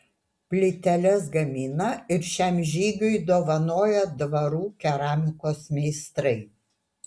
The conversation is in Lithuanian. plyteles gamina ir šiam žygiui dovanoja dvarų keramikos meistrai